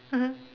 mmhmm